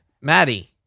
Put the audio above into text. Maddie